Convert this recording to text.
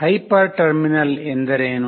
hyper terminal ಎಂದರೇನು